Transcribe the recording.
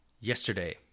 yesterday